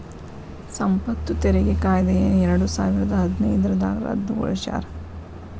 ಸಂಪತ್ತು ತೆರಿಗೆ ಕಾಯ್ದೆಯನ್ನ ಎರಡಸಾವಿರದ ಹದಿನೈದ್ರಾಗ ರದ್ದುಗೊಳಿಸ್ಯಾರ